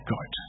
God